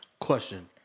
Question